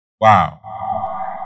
Wow